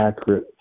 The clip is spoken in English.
accurate